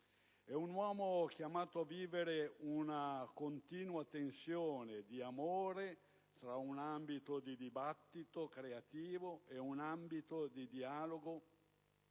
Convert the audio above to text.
È un uomo chiamato a vivere una continua tensione d'amore tra un ambito di dibattito creativo e un ambito di dialogo